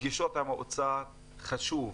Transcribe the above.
פגישות המועצה חשוב,